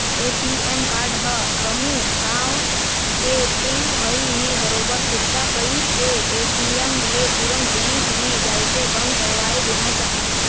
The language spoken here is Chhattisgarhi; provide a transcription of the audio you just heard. ए.टी.एम कारड ह कहूँ गवा गे तेन घरी मे बरोबर सुरता कइर के ए.टी.एम ले तुंरत बेंक मे जायके बंद करवाये देना चाही